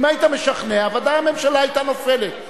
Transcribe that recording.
אם היית משכנע, בוודאי הממשלה היתה נופלת.